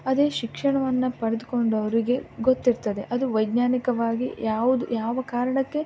ಅದೇ ಶಿಕ್ಷಣವನ್ನು ಪಡೆದುಕೊಂಡವ್ರಿಗೆ ಗೊತ್ತಿರ್ತದೆ ಅದು ವೈಜ್ಞಾನಿಕವಾಗಿ ಯಾವುದು ಯಾವ ಕಾರಣಕ್ಕೆ